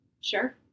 Sure